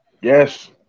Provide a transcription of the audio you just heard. Yes